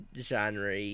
genre